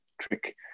trick